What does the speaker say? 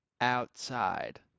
outside